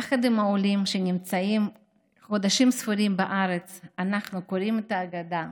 יחד עם העולים שנמצאים חודשים ספורים בארץ אנחנו קוראים את ההגדה,